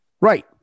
Right